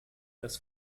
das